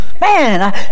man